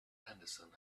henderson